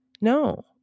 No